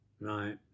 Right